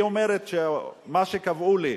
היא אומרת שמה שקבעו לי,